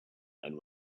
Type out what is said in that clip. and